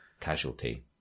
casualty